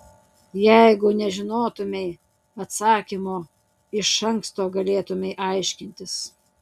jeigu nežinotumei atsakymo iš anksto galėtumei aiškintis